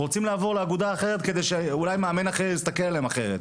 רוצים לעבור לאגודה אחרת כדי שאולי מאמן אחר יסתכל עליהם אחרת.